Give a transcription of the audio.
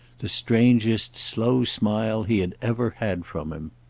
the strangest slow smile he had ever had from him.